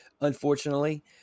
unfortunately